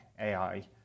ai